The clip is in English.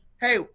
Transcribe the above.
hey